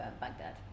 Baghdad